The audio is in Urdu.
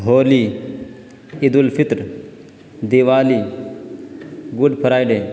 Holi Eid ul-Fitr Diwali Good Friday